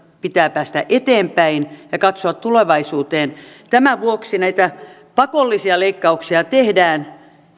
pitää päästä eteenpäin ja katsoa tulevaisuuteen tämän vuoksi näitä pakollisia leikkauksia tehdään